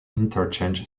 interchange